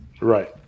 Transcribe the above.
Right